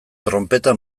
tronpeta